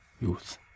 youth